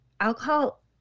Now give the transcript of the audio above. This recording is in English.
alcohol